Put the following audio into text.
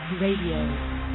radio